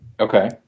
Okay